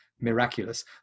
miraculous